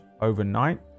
overnight